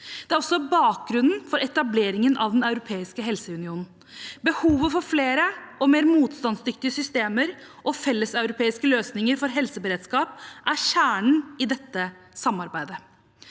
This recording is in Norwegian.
Det er også bakgrunnen for etableringen av den europeiske helseunionen. Behovet for flere og mer motstandsdyktige systemer og felleseuropeiske løsninger for helseberedskap er kjernen i dette samarbeidet.